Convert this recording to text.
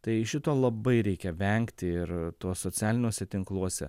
tai šito labai reikia vengti ir to socialiniuose tinkluose